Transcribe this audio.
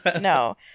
No